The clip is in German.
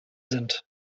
sind